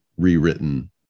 rewritten